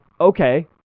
okay